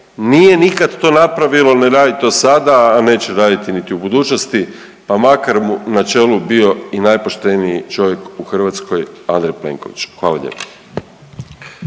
nije nikad to napravilo, ne radi to sada, a neće raditi niti u budućnosti, pa makar mu na čelu bio i najpošteniji čovjek u Hrvatskoj Andrej Plenković, hvala lijepo.